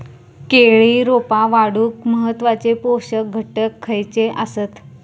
केळी रोपा वाढूक महत्वाचे पोषक घटक खयचे आसत?